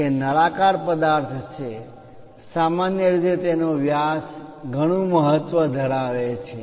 તે નળાકાર પદાર્થ છે તેથી સામાન્ય રીતે તેનો વ્યાસ ઘણું મહત્વ ધરાવે છે